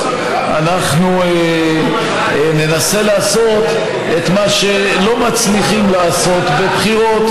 אנחנו ננסה לעשות את מה שלא מצליחים לעשות בבחירות,